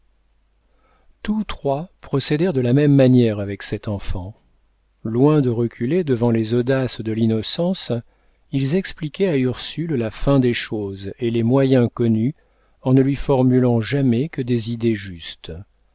tous trois procédèrent de la même manière avec cette enfant loin de reculer devant les audaces de l'innocence ils expliquaient à ursule la fin des choses et les moyens connus en ne lui formulant jamais que des idées justes